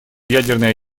ядерная